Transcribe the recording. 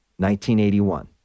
1981